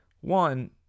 One